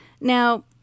Now